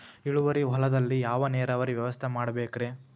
ಇಳುವಾರಿ ಹೊಲದಲ್ಲಿ ಯಾವ ನೇರಾವರಿ ವ್ಯವಸ್ಥೆ ಮಾಡಬೇಕ್ ರೇ?